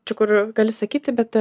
čia kur gali sakyti bet